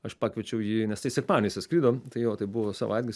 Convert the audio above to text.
aš pakviečiau jį nes tai sekmadienį jis atskrido tai jo tai buvo savaitgalis